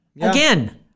again